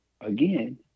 again